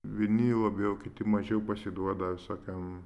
vieni labiau kiti mažiau pasiduoda visokiam